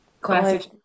classic